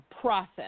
process